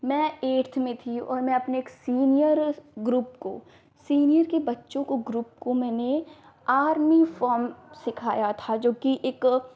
मैं एट्थ में थी और मैं अपने एक सीनियर ग्रुप को सीनियर के बच्चों को ग्रुप को मैंने आर्मी फ़ॉर्म सिखाया था जोकि एक